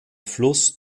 fluss